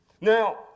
Now